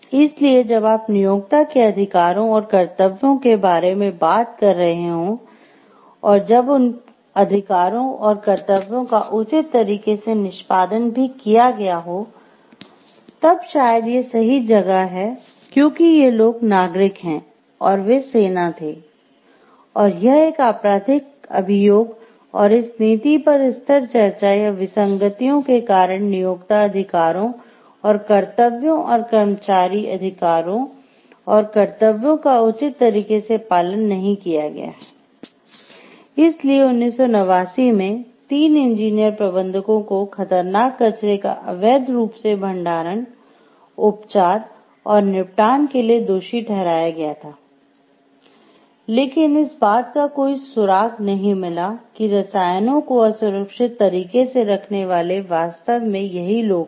इसलिए जब आप नियोक्ता के अधिकारों और कर्तव्यों के बारे में बात कर रहे हों और जब उन अधिकारों और कर्तव्यों का उचित तरीके से निष्पादन भी किया गया हो तब शायद ये सही जगह है क्योंकि ये लोग नागरिक हैं और वे सेना थे और यह एक अपराधिक अभियोग और इस नीति स्तर चर्चा या विसंगतियों के कारण नियोक्ता अधिकारों और कर्तव्यों और कर्मचारी अधिकारों और कर्तव्यों का उचित तरीके से पालन नहीं किया गया है इसलिए 1989 में 3 इंजीनियर प्रबंधकों को खतरनाक कचरे का अवैध रूप से भंडारण उपचार और निपटान के लिए दोषी ठहराया गया था लेकिन इस बात का कोई सुराग नहीं मिला कि रसायनों को असुरक्षित तरीके से रखने वाले वास्तव में यही लोग थे